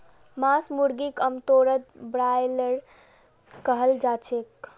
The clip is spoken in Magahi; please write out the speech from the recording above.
मांस मुर्गीक आमतौरत ब्रॉयलर कहाल जाछेक